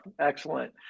excellent